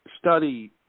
study